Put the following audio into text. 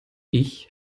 ich